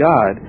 God